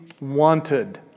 wanted